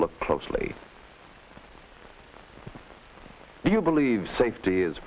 look closely do you believe safety is